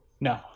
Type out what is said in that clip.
No